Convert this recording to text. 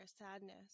sadness